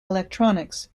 electronics